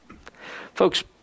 Folks